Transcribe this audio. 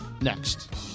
next